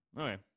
okay